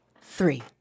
three